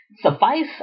Suffice